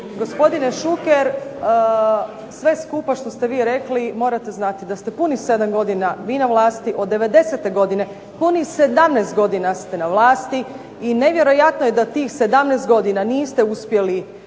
Gospodine Šuker sve skupa što ste vi rekli morate znati da ste punih 7 godina vi na vlasti, od 90-te godine punih 17 godina ste na vlasti i nevjerojatno je da tih 17 godina niste uspjeli